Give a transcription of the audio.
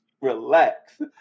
Relax